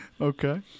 Okay